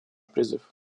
призыв